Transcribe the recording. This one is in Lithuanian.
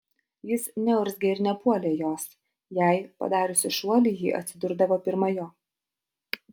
jis neurzgė ir nepuolė jos jei padariusi šuolį ji atsidurdavo pirma jo